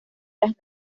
las